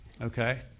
Okay